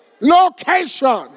Location